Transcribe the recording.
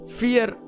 fear